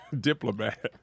diplomat